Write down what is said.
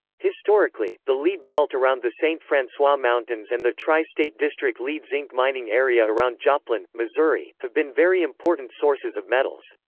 historically, the lead belt around the saint francois mountains and the tri-state district lead-zinc mining area around joplin, missouri, have been very important sources of metals.